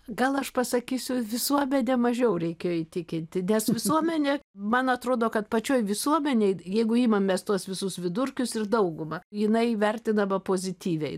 gal aš pasakysiu visuomenę mažiau reikėjo įtikinti nes visuomenė man atrodo kad pačioj visuomenėj jeigu imamės tuos visus vidurkius ir dauguma jinai vertinama pozityviai